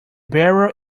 barrel